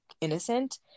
innocent